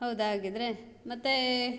ಹೌದಾ ಹಾಗಿದ್ದರೆ ಮತ್ತೆ